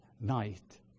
night